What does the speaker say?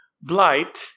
blight